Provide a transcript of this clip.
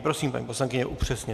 Prosím, paní poslankyně, upřesněte to.